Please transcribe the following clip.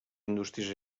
indústries